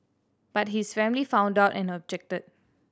but his family found out and objected